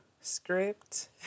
script